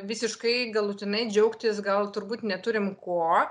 visiškai galutinai džiaugtis gal turbūt neturim ko